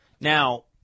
Now